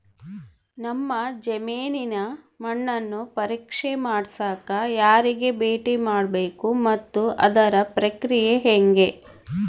ನಮ್ಮ ಜಮೇನಿನ ಮಣ್ಣನ್ನು ಪರೇಕ್ಷೆ ಮಾಡ್ಸಕ ಯಾರಿಗೆ ಭೇಟಿ ಮಾಡಬೇಕು ಮತ್ತು ಅದರ ಪ್ರಕ್ರಿಯೆ ಹೆಂಗೆ?